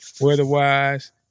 weather-wise